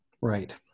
Right